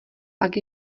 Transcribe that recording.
pak